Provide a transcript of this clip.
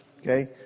Okay